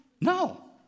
No